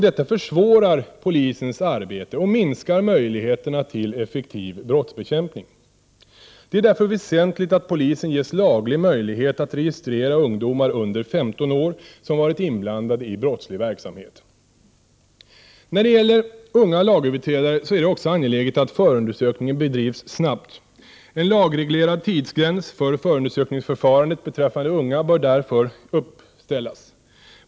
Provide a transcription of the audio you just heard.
Detta försvårar polisens arbete och minskar möjligheterna till effektiv brottsbekämpning. Det är därför väsentligt att polisen ges laglig möjlighet att registrera ungdomar under 15 år, som har varit inblandade i brottslig verksamhet. När det gäller unga lagöverträdare är det också angeläget att förundersökningen bedrivs snabbt. En lagreglerad tidsgräns för förundersökningsförfarandet beträffande unga bör därför uppställas.